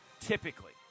typically